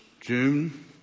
June